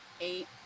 Eight